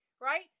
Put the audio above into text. right